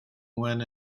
went